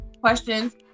questions